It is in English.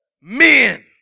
men